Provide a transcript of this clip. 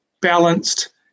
balanced